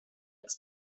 ist